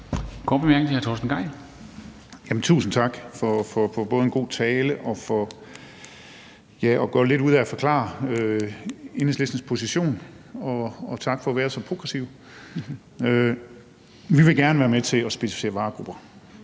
Tusind tak både for en god tale og for at gøre lidt ud af at forklare Enhedslistens position, og tak for at være så progressiv. Vi vil gerne være med til at specificere varegrupper,